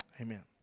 Amen